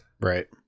Right